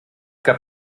gab